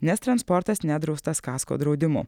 nes transportas nedraustas kasko draudimu